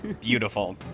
Beautiful